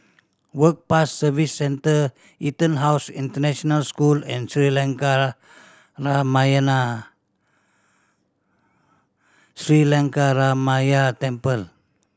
Work Pass Service Centre EtonHouse International School and Sri Lankaramaya Sri Lankaramaya Temple